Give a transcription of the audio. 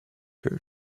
her